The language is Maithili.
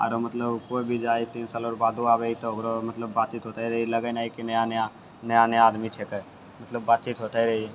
आओर मतलब कोइ भी जाइ हइ तीन साल आओर बादो आबै हइ तऽ ओकरो मतलब बातचीत होते रहै हइ लागै नहि कि नया नया नया नया आदमी छै एतऽ मतलब बातचीत होतै है